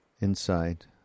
inside